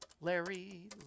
Larry